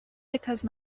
because